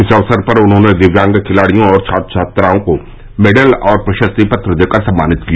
इस अवसर पर उन्होंने दिव्यांग खिलाड़ियों और छात्र छात्राओं को मेडल और प्रशस्ति पत्र देकर सम्मानित किया